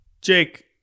Jake